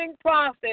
process